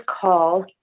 call